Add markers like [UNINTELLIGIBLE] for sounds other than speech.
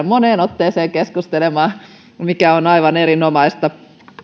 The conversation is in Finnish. [UNINTELLIGIBLE] moneen otteeseen keskustelemaan mikä on aivan erinomaista